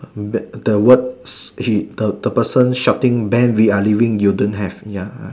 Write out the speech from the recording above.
the the word he the the person shouting Ben we are leaving you don't have ya uh